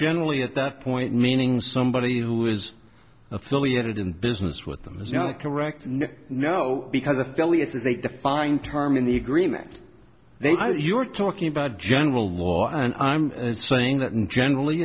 generally at that point meaning somebody who is affiliated in business with them is no correct no because affiliates is a defined term in the agreement they signed as you're talking about general law and i'm saying that and generally